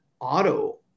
auto